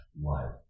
life